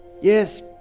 Yes